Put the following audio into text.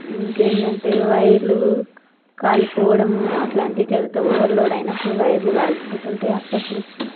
ఇంక ఏందంటే వైర్లు కాలిపోవడం అలాంటివి జరుగుతాయి ఓవర్ లోడ్ అయినప్పుడు వైర్లు కాలిపోతు ఉంటాయి అప్పుడప్పుడు